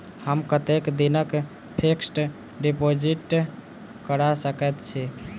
हम कतेक दिनक फिक्स्ड डिपोजिट करा सकैत छी?